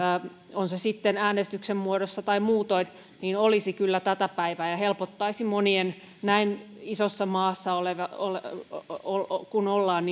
on se sitten äänestyksen muodossa tai muutoin olisi kyllä tätä päivää ja helpottaisi monien näin isossa maassa kun ollaan